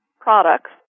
products